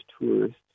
tourists